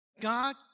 God